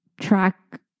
track